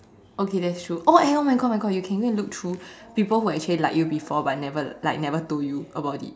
okay that's true oh and oh my God my God you can go and look through people who actually liked you before but never like never told you about it